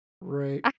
Right